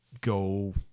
go